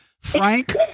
Frank